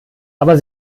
aber